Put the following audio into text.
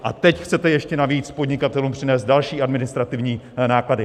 A teď chcete ještě navíc podnikatelům přinést další administrativní náklady!